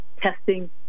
testing